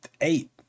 eight